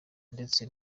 ndetse